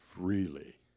freely